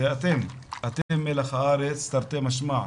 אתם מלח הארץ תרתי משמע,